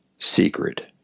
Secret